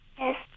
Yes